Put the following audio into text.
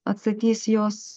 atstatys jos